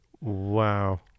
Wow